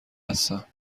هستم